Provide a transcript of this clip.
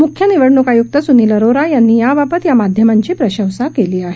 मुख्य निवडणूक आयुक्त सुनील अरोरा यांनी याबाबत या माध्यमांची प्रशंसा केली आहे